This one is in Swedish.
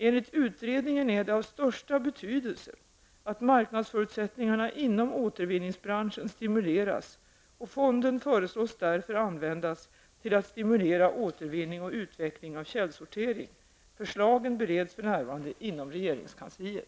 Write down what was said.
Enligt utredningen är det av största betydelse att marknadsförutsättningarna inom återvinningsbranschen stimuleras, och fonden föreslås därför användas till att stimulera återvinning och utveckling av källsortering. Förslagen bereds för närvarande inom regeringskansliet.